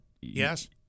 yes